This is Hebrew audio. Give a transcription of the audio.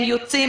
הם יוצאים,